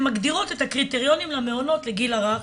מגדירות את הקריטריונים למעונות לגיל הרך,